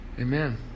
Amen